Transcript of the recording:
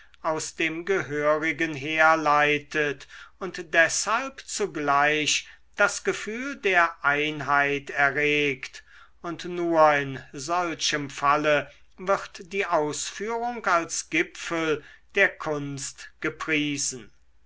aus dem gehörigen herleitet und deshalb zugleich das gefühl der einheit erregt und nur in solchem falle wird die ausführung als gipfel der kunst gepriesen